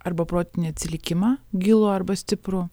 arba protinį atsilikimą gilų arba stiprų